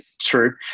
true